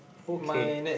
okay